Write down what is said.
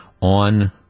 on